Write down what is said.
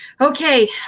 Okay